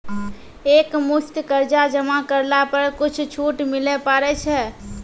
एक मुस्त कर्जा जमा करला पर कुछ छुट मिले पारे छै?